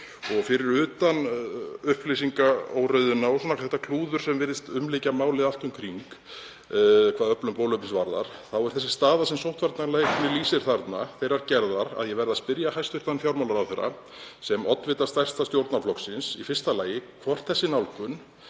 Fyrir utan upplýsingaóreiðuna og það klúður sem virðist umlykja málið hvað öflum bóluefnis varðar, þá er sú staða sem sóttvarnalæknir lýsir þarna þeirrar gerðar að ég verð að spyrja hæstv. fjármálaráðherra, sem oddvita stærsta stjórnarflokksins, í fyrsta lagi hvort þessi nálgun,